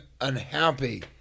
unhappy